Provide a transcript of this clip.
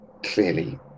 Clearly